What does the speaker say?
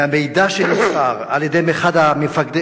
ממידע שנמסר על-ידי אחד ממפקדי